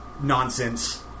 Nonsense